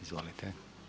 Izvolite.